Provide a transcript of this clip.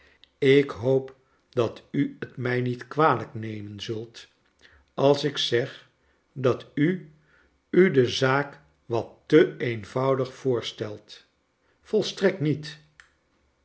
ik hoop dat u t mij niet kwalijk nemen zult als ik zeg dat u u de zaak wat te eenvoudig voorsteldet volstrekt niet